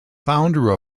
founder